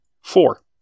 four